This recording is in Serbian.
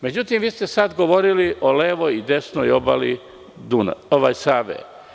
Međutim, vi ste sada govorili o levoj i desnoj obali Save.